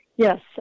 Yes